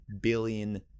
billion